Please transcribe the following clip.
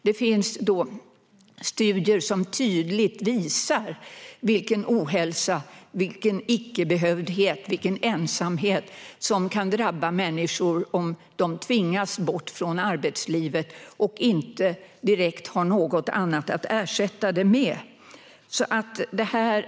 Det finns studier som tydligt visar vilken ohälsa, icke-behövdhet och ensamhet som kan drabba människor om de tvingas bort från arbetslivet och inte direkt har något att ersätta det med.